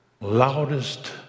loudest